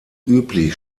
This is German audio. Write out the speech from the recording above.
üblich